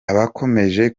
abakomeje